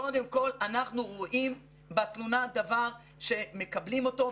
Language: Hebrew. קודם כל אנחנו רואים בתלונה דבר שמקבלים אותו,